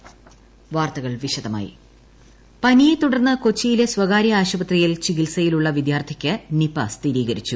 Nipah Kochi പനിയെ തുടർന്ന് കൊച്ചിയിലെ സ്വകാര്യ ആശുപത്രിയിൽ ചികിത്സയിലുളള വിദ്യാർത്ഥിക്ക് നിപ സ്ഥിരീകരിച്ചു